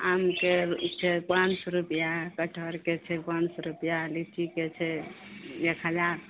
आमके छै पाँच सए रुपैआ कटहरके छै पाँच सए रुपैआ लीचीके छै एक हजार